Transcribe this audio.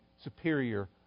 superior